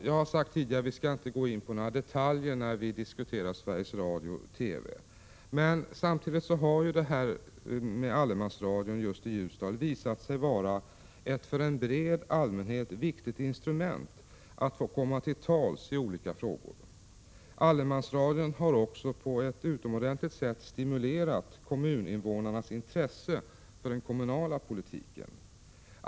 Jag har sagt tidigare att vi inte skall gå in på några detaljer när vi diskuterar Sveriges Radio/TV, men samtidigt har ju allemansradion just i Ljusdal visat sig vara ett för en bred allmänhet viktigt instrument att få komma till tals i olika frågor. Allemansradion har också på ett utomordentligt sätt stimulerat kommuninvånarnas intresse för den kommunala politiken.